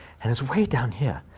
and it's way down here.